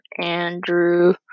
Andrew